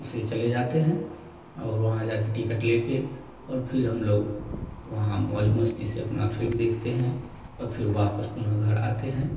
उससे चले जाते हैं और वहाँ जाकर टिकट लेकर और फिर हमलोग वहाँ मौज़ मस्ती से अपना फ़िल्म देखते हैं और फिर वापस अपने घर आते हैं